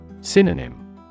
Synonym